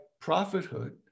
prophethood